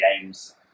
games